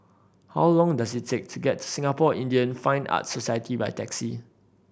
how long does it take to get to Singapore Indian Fine Arts Society by taxi